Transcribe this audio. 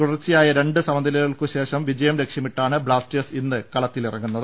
തുടർച്ചയായ രണ്ട് സമ നിലകൾക്കുശേഷം വിജയം ലക്ഷ്യമിട്ടാണ് ബ്ലാസ്റ്റേഴ്സ് ഇന്ന് കളി ക്കിറങ്ങുന്നത്